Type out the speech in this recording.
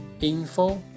info